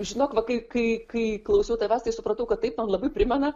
žinok va kai kai kai klausiau tavęs tai supratau kad tai man labai primena